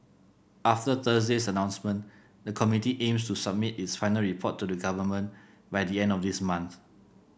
after Thursday's announcement the committee aims to submit its final report to the Government by the end of this month